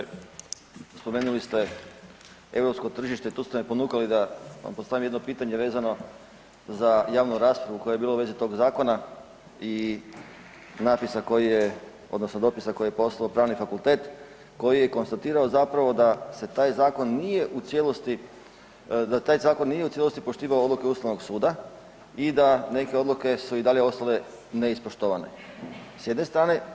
Poštovani zastupniče, spomenuli ste europsko tržište, tu ste me ponukali da vam postavim jedno pitanje vezano za javnu raspravu koja je bila u vezi tog zakona i natpisa koji je, odnosno dopisa koji je poslao pravni fakultet koji je konstatirao zapravo da se taj zakon nije u cijelosti, da taj zakon nije u cijelosti poštivao odluke Ustavnog suda i da neke odluke su i dalje ostane neispoštovane, s jedne strane.